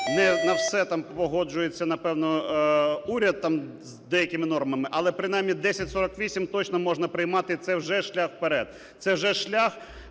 не на все там погоджується напевно уряд там з деякими нормами, але принаймні 1048 точно можна приймати, це вже шлях вперед,